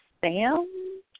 Sam